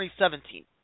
2017